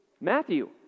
Matthew